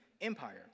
empire